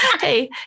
hey